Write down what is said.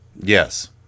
Yes